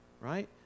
right